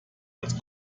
als